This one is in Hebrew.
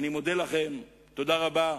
אני מודה לכם, תודה רבה.